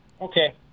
Okay